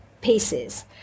pieces